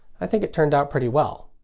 i think it turned out pretty well.